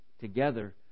together